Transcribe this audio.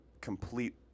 complete